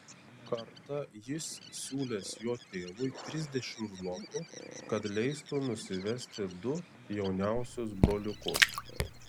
kartą jis siūlęs jo tėvui trisdešimt zlotų kad leistų nusivesti du jauniausius broliukus